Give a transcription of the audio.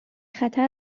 خطر